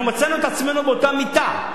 אנחנו מצאנו את עצמנו באותה מיטה,